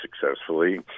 successfully